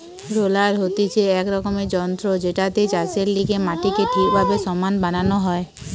roller হতিছে এক রকমের যন্ত্র জেটাতে চাষের লেগে মাটিকে ঠিকভাবে সমান বানানো হয়